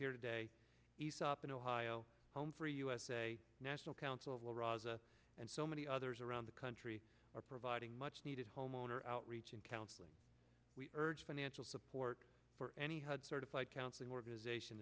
here today aesop in ohio home for us a national council of la raza and so many others around the country are providing much needed homeowner outreach and counseling we urge financial support for any hud certified counseling organization